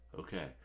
Okay